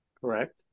Correct